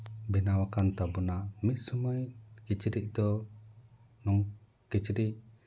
ᱵᱮᱱᱟᱣ ᱟᱠᱟᱱ ᱛᱟᱵᱳᱱᱟ ᱢᱤᱫ ᱥᱚᱢᱚᱭ ᱠᱤᱪᱨᱤᱡ ᱫᱚ ᱠᱤᱪᱨᱤᱡ